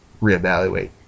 reevaluate